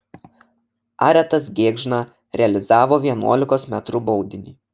aretas gėgžna realizavo vienuolikos metrų baudinį